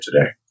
today